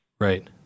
right